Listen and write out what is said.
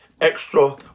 extra